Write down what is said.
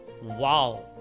Wow